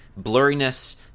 blurriness